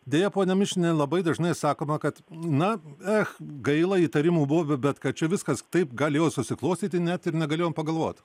deja ponia mišiniene labai dažnai sakoma kad na ech gaila įtarimų buvo bet kad čia viskas taip galėjo susiklostyti net ir negalėjom pagalvot